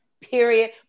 period